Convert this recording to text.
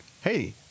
Hey